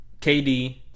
KD